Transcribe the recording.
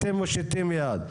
אתם מושיטים יד.